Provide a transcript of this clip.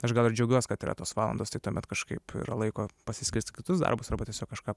aš gal ir džiaugiuos kad yra tos valandos tai tuomet kažkaip yra laiko pasiskirstyt kitus darbus arba tiesiog kažką